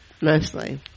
Mostly